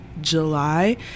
July